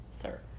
sir